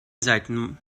seiten